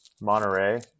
monterey